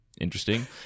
interesting